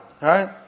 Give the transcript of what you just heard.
right